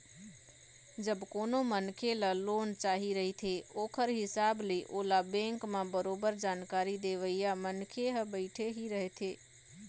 जब कोनो मनखे ल लोन चाही रहिथे ओखर हिसाब ले ओला बेंक म बरोबर जानकारी देवइया मनखे ह बइठे ही रहिथे